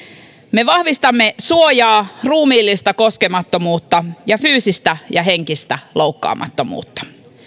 me vahvistamme suojaa ruumiillista koskemattomuutta ja fyysistä ja henkistä loukkaamattomuutta